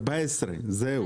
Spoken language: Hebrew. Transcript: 14 יום, זהו.